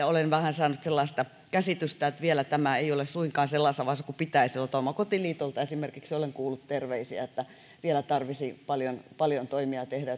olen vähän saanut sellaista käsitystä että vielä tämä ei ole suinkaan sellaisessa vaiheessa kuin pitäisi omakotiliitolta esimerkiksi olen kuullut terveisiä että vielä tarvitsisi paljon paljon toimia tehdä